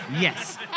yes